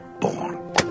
born